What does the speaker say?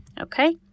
Okay